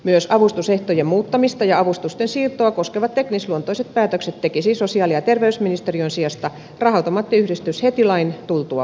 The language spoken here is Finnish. myös avustusehtojen muuttamista ja avustusten siirtoa koskevat teknisluontoiset päätökset tekisi sosiaali ja terveysministeriön sijasta raha automaattiyhdistys heti lain tultua voimaan